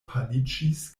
paliĝis